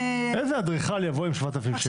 --- איזה אדריכל יבוא עם שבעת אלפים שקל?